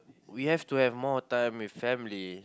we have to have more time with family